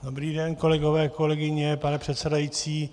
Dobrý den, kolegové, kolegyně, pane předsedající.